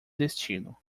destino